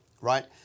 right